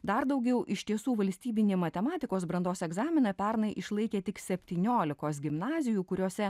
dar daugiau iš tiesų valstybinį matematikos brandos egzaminą pernai išlaikė tik septyniolikos gimnazijų kuriose